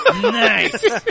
nice